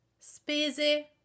Spese